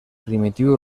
primitiu